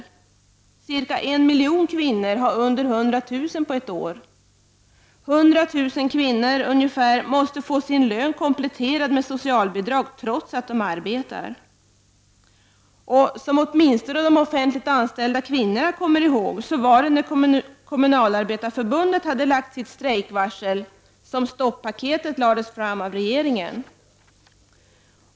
Cirka en miljon kvinnor har under 100 000 kr. på ett år. Ungefär 100 000 kvinnor måste få sin lön kompletterad med socialbidrag, trots att de arbetar. Som åtminstone de offentliganställda kvinnorna kommer ihåg, var det när Kommunalarbetareförbundet hade lagt sitt strejkvarsel som stoppaketet lades fram av regeringen.